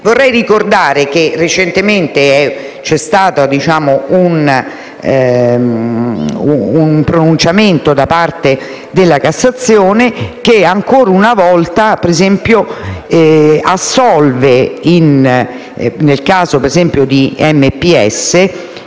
Vorrei ricordare che recentemente c'è stato un pronunciamento da parte della Corte di cassazione che ancora una volta assolve, ad esempio